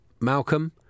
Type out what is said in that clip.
Malcolm